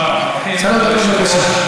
אדוני היושב-ראש,